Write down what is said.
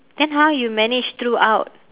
then how you managed throughout